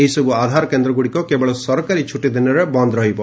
ଏହିସବୁ ଆଧାର କେନ୍ଦ୍ରଗୁଡ଼ିକ କେବଳ ସରକାରୀ ଛୁଟିଦିନରେ ବନ୍ଦ୍ ରହିବ